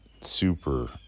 super